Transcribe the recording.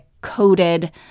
coated